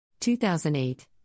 2008